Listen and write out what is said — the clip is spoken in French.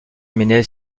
ménez